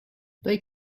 they